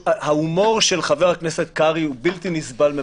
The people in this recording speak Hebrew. ההומור של חבר הכנסת קרעי הוא בלתי נסבל.